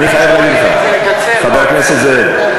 חבר הכנסת זאב,